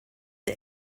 der